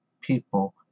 people